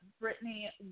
Brittany